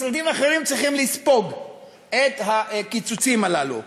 משרדים אחרים צריכים לספוג את הקיצוצים הללו,